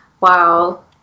Wow